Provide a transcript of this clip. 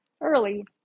early